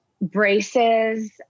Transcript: braces